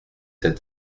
cette